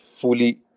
fully